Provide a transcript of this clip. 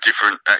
different